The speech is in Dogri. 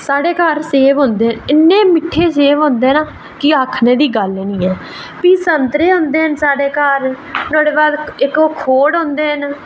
साढ़े घर सेव होंदे न इन्ने मिट्ठे सेव होंदे न कि आखने दी गल्ल निं ऐ प्ही संतरे होंदे न साढ़े घर नुहाड़े बाद इक्क ओह् खोड़ होंदे न